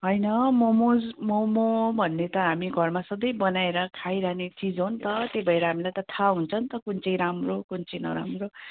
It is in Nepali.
होइन ममज मम भन्ने त हामी घरमा सधैँ बनाएर खाइरहने चिज हो नि त त्यही भएर हामीलाई त थाहा हुन्छ नि त कुन चाहिँ राम्रो कुन चाहिँ नराम्रो